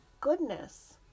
goodness